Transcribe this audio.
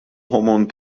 homon